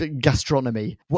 Gastronomy